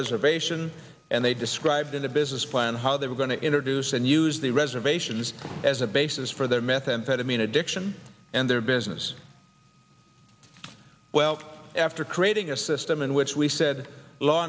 reservation and they described in a business plan how they were going to introduce and use the reservations as a basis for their methamphetamine addiction and their business well after creating a system in which we said law